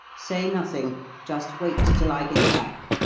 say nothing just wait till i get back.